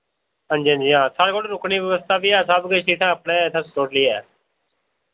हांजी हांजी हां साढ़े कोल रुकने दी व्यवस्था बी है सब किश इत्थै अपने इत्थै टोटली ऐ